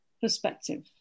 perspective